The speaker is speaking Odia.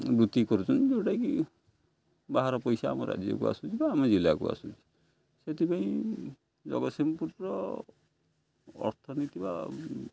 ବୃତ୍ତି କରୁଛନ୍ତି ଯେଉଁଟାକି ବାହାର ପଇସା ଆମ ରାଜ୍ୟକୁ ଆସୁଛି ବା ଆମ ଜିଲ୍ଲାକୁ ଆସୁଛି ସେଥିପାଇଁ ଜଗତସିଂହପୁରର ଅର୍ଥନୀତି ବା